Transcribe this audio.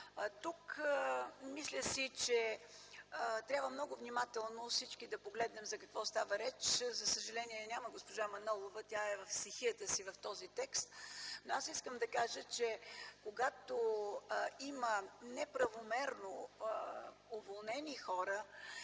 Мисля, че тук много внимателно трябва всички да погледнем за какво става реч. За съжаление я няма госпожа Манолова. Тя е в стихията си в този текст. Ще кажа, че когато има неправомерно уволнени хора,